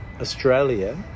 Australia